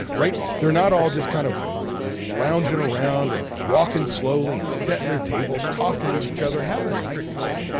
right. they're not all just kind of lounging around and walking slowly and setting their tables, talking with each other, having a nice time,